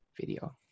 video